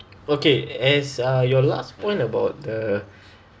okay as uh your last point about the